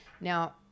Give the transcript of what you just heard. Now